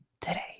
today